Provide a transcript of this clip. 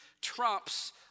trumps